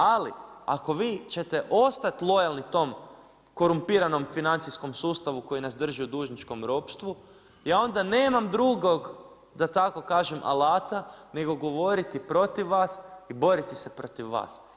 Ali ako vi ćete ostati lojalnom tom korumpiranom financijskom sustavu koji nam drži u dužničkom ropstvu, ja onda nemam drugog da tako kažem alata, nego govoriti protiv vas i boriti se protiv vas.